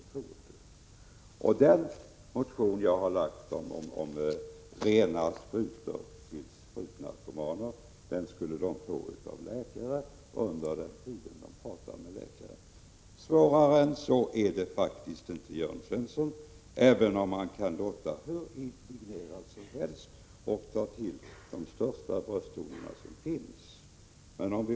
Beträffande den motion som jag har väckt om rena sprutor till sprutnarkomaner vill jag framhålla att sprutorna skulle delas ut av läkare under den tid som det ges läkarvård. Svårare än så är det faktiskt inte, Jörn Svensson, även om det går att låta hur indignerad som helst och ta till de största brösttoner.